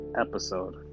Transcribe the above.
episode